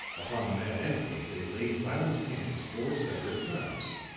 upon mad anthony they laid violent hands four separate times.